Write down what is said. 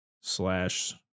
slash